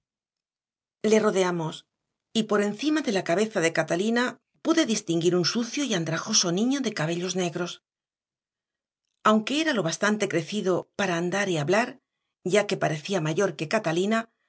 del diablo le rodeamos y por encima de la cabeza de catalina pude distinguir un sucio y andrajoso niño de cabellos negros aunque era lo bastante crecido para andar y hablar ya que parecía mayor que catalina